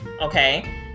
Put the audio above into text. okay